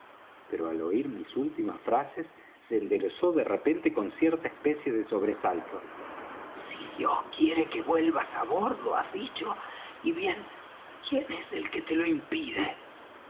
pero al oir mis últimas frases se enderezó de repente con cierta especie de sobresalto si dios quiere que puedas volver á bordo has dicho y bien quién es el que te lo impide